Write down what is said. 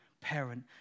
parent